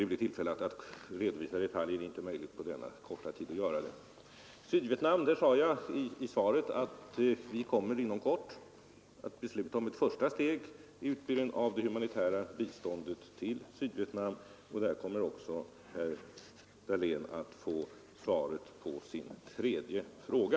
Det blir tillfälle att redovisa detaljerna — det är inte möjligt att göra det på den korta tid som jag nu har till förfogande. Vad beträffar Sydvietnam sade jag i svaret att vi inom kort kommer att besluta om ett första steg i utbyggnaden av det humanitära biståndet. Där kommer herr Dahlén att få svaret på sin tredje fråga.